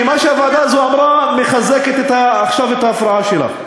כי מה שהוועדה הזאת אמרה מחזק עכשיו את ההפרעה שלך.